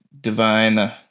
Divine